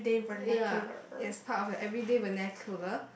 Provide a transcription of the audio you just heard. ya it's part of the everyday when there cooler